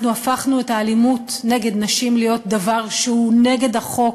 אנחנו הפכנו את האלימות נגד נשים להיות דבר שהוא נגד החוק,